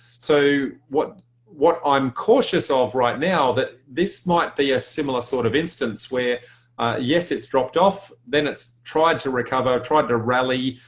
so what what i'm cautious of right now, that this might be a similar sort of instance where yes, it's dropped off. then it's tried to recover, tried to rally.